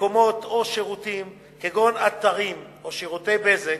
מקומות או שירותים, כגון אתרים או שירותי בזק,